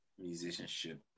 musicianship